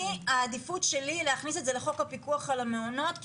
העדיפות שלי להכניס את זה לחוק הפיקוח על המעונות.